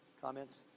Comments